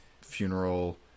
funeral